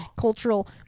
cultural